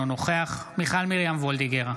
אינו נוכח מיכל מרים וולדיגר,